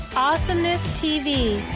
awesomeness tv.